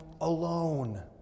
alone